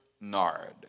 nard